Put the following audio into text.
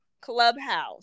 clubhouse